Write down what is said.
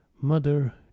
Mother